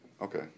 Okay